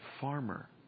farmer